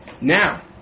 now